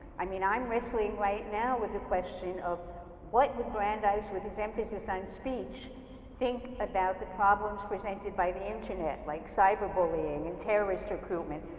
i mean i'm wrestling right now with the question of what would brandeis' with his emphasis on speech think about the problems presented by the internet like cyberbullying and terrorist recruitment,